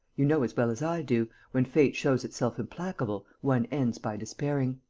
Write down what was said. you know as well as i do, when fate shows itself implacable, one ends by despairing.